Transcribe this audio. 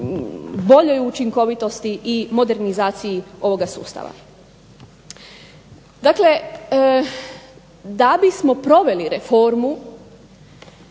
boljoj učinkovitosti i modernizaciji ovoga sustava. Dakle, da bismo proveli reformu